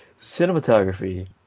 cinematography